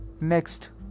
Next